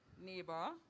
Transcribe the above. neighbor